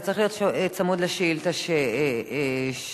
אתה צריך להיות צמוד לשאילתא ששלחת.